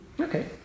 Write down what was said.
Okay